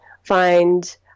find